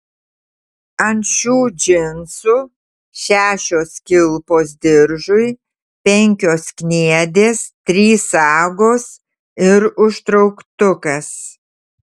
ant šių džinsų šešios kilpos diržui penkios kniedės trys sagos ir užtrauktukas